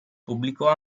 pubblicò